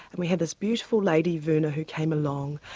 and we had this beautiful lady verna who came along,